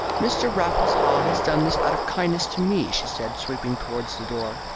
mr. raffles haw has done this out of kindness to me, she said, sweeping towards the door.